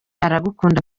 aragukunda